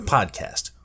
Podcast